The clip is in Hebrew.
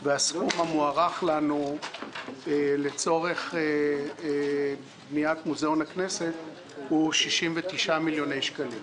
הסכום המוערך לנו לצורך בניית מוזיאון הכנסת הוא - 69 מיליוני שקלים.